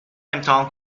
امتحان